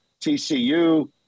TCU